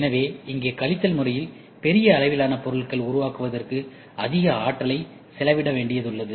எனவே இங்கே கழித்தல் முறையில் பெரிய அளவிலான பொருட்களை உருவாக்குவதற்கு அதிக ஆற்றலை செலவிட வேண்டியது உள்ளது